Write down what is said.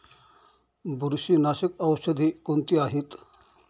बुरशीनाशक औषधे कोणती आहेत?